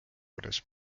kuidas